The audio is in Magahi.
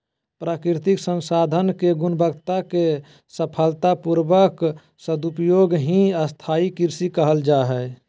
प्राकृतिक संसाधन के गुणवत्ता के सफलता पूर्वक सदुपयोग ही स्थाई कृषि कहल जा हई